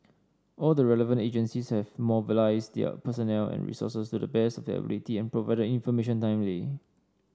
all the relevant agencies have mobilised their personnel and resources to the best their ability provided information timely